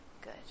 Good